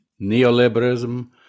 neoliberalism